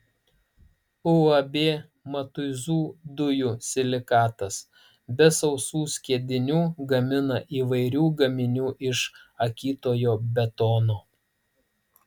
uab matuizų dujų silikatas be sausų skiedinių gamina įvairių gaminių iš akytojo betono